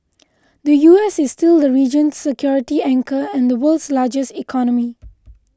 the U S is still the region's security anchor and the world's largest economy